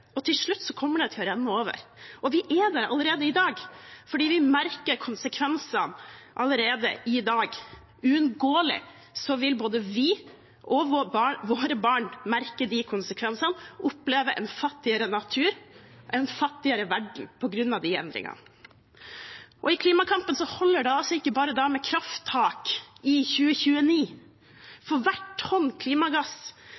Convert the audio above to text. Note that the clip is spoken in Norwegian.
og til slutt kommer det til å renne over. Og vi er der allerede i dag, for vi merker konsekvensene. Uunngåelig vil både vi og våre barn merke de konsekvensene, oppleve en fattigere natur, en fattigere verden på grunn av de endringene. I klimakampen holder det ikke bare med krafttak i